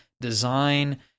design